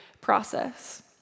process